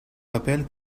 papel